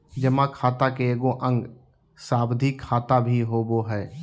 जमा खाता के एगो अंग सावधि खाता भी होबो हइ